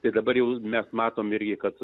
ir dabar jau mes matome irgi kad